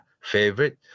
favorite